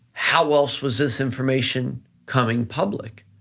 how else was this information coming public?